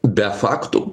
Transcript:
be faktų